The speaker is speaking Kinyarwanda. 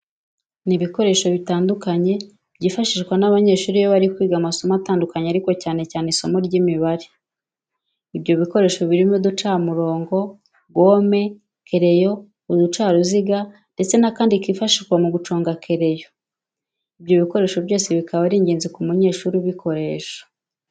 Ni ibikoresho bitandukanye byifashishwa n'abanyeshuri iyo bari kwiga amasomo atandukanye ariko cyane cyane isimo ry'Imibare. ibyo bikoresho birimo uducamirongo, gome, kereyo, uducaruziga ndetse n'akandi kifashishwa mu guconga kereyo. Ibyo bikoresho byose bikaba ari ingenzi ku munyeshuri ubukoresha.